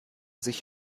sich